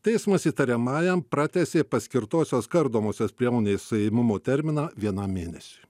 teismas įtariamajam pratęsė paskirtosios kardomosios priemonės suėmimo terminą vienam mėnesiui